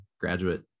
graduate